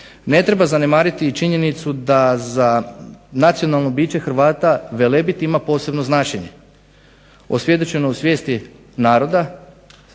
ne treba zanemariti i činjenicu da za nacionalno biće Hrvata Velebit ima posebno značenje. Osvjedočeno u svijesti naroda,